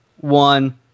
one